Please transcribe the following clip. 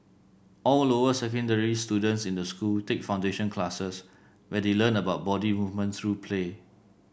all lower secondary students in the school take foundation classes where they learn about body movement through play